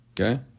okay